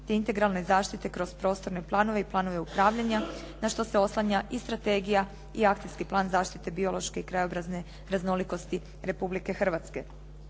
te integralne zaštite kroz prostorne planove i planove upravljanja na što se oslanja i strategija i Akcijski plan biološke i krajobrazne raznolikosti Republike Hrvatske.